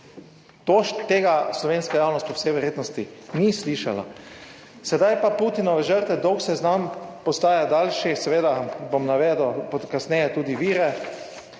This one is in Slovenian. Tega slovenska javnost po vsej verjetnosti ni slišala. Sedaj pa Putinove žrtve, dolg seznam, postaja daljši, seveda bom navedel kasneje tudi vire.